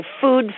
food